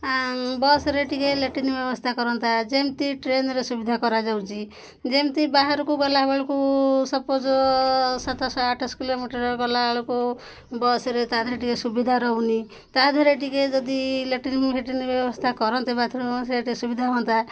ବସ୍ରେ ଟିକେ ଲେଟିନ୍ ବ୍ୟବସ୍ଥା କରନ୍ତା ଯେମିତି ଟ୍ରେନ୍ର ସୁବିଧା କରାଯାଉଛି ଯେମିତି ବାହାରକୁ ଗଲାବେେଳକୁ ସପୋଜ୍ ସାତ ଶହ ଆଠ ଶହ କିଲୋମିଟର ଗଲା ବେଳକୁ ବସ୍ରେ ତା ଦେହରେ ଟିକେ ସୁବିଧା ରହୁନି ତା ଦେହରେ ଟିକେ ଯଦି ଲେଟିନ୍ଫେଟିନ୍ ବ୍ୟବସ୍ଥା କରନ୍ତେ ବାଥରୁମ୍ ସେ ଟିକେ ସୁବିଧା ହୁଅନ୍ତା